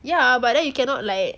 ya but then you cannot like